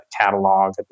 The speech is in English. catalog